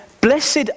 blessed